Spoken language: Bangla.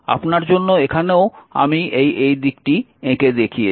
আপনার জন্য এখানেও আমি এই দিকটি এঁকে দেখিয়েছি